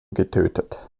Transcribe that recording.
getötet